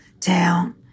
town